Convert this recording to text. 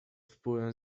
wpływem